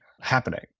happening